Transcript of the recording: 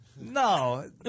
no